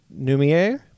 numier